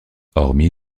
hormis